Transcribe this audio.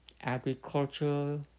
agriculture